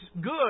good